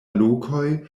lokoj